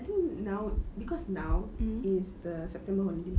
I think now cause now is the september holidays